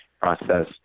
process